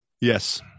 yes